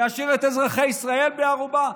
להשאיר את אזרחי ישראל בני ערובה,